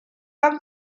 van